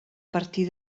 partir